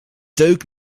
deuk